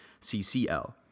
CCL